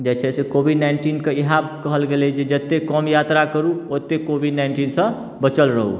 जे छै से कोविड नाइन्टीनके इएह कहल गेलै जे जतेक कम यात्रा करू ओतेक कोविड नाइन्टीनसँ बचल रहू